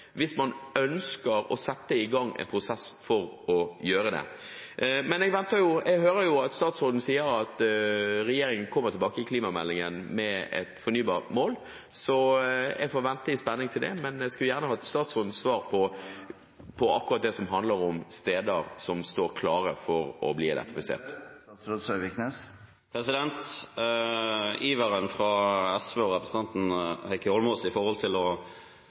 hvis man ønsker å sette i gang en prosess for å gjøre det. Jeg hører at statsråden sier at regjeringen kommer tilbake i klimameldingen med et fornybarmål, så jeg får vente i spenning på det, men jeg skulle gjerne hatt statsrådens svar på akkurat det som handler om steder som står klare for å bli elektrifisert. Iveren fra SV og representanten Heikki Eidsvoll Holmås når det gjelder å øke fornybardelen i